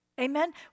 Amen